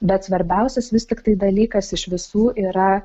bet svarbiausias vis tiktai dalykas iš visų yra